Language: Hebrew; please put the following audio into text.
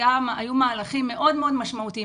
היו מהלכים מאוד-מאוד משמעותיים,